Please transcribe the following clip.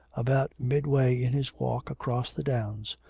about midway in his walk across the downs,